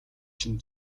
чинь